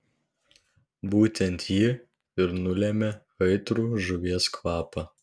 būtent ji ir nulemia aitrų žuvies kvapą